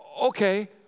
okay